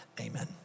Amen